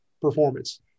performance